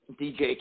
dj